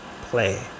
play